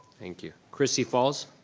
thank you. chrissy falls?